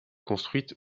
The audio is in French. construite